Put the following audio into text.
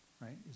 Right